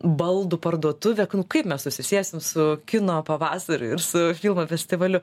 baldų parduotuvė kaip mes susisiesim su kino pavasariu ir su filmų festivaliu